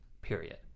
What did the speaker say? period